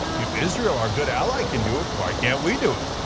if israel, our good ally, can do it, why can't we do it?